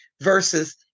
versus